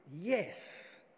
yes